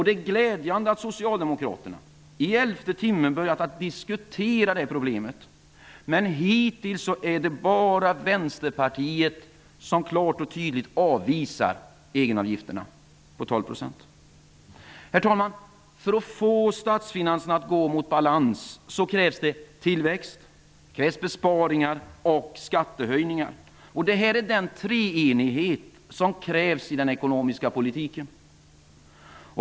Det är glädjande att Socialdemokraterna i elfte timmen har börjat att diskutera det problemet. Men hittills är det bara Vänsterpartiet som klart och tydligt avvisar egenavgifterna på 12 %. Herr talman! För att få statsfinanserna att gå mot balans krävs tillväxt, besparingar och skattehöjningar. Detta är den treenighet som krävs i den ekonomiska politiken.